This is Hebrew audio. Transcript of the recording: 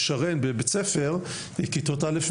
עם שרן בבית ספר בכיתות א',